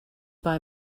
buy